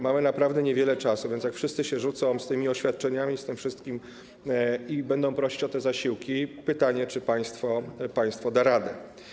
Mamy naprawdę niewiele czasu, więc jak wszyscy się rzucą z tymi oświadczeniami, z tym wszystkim i będą prosić o te zasiłki, to powstaje pytanie, czy państwo da radę.